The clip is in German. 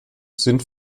sind